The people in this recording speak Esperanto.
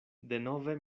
denove